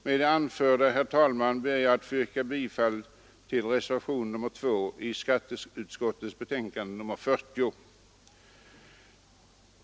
Herr talman! Med det anförda ber jag att få yrka bifall till reservationen 2 i skatteutskottets betänkande nr 40.